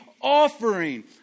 offering